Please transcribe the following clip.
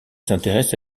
s’intéresse